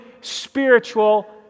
spiritual